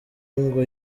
ngo